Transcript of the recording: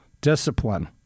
discipline